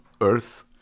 earth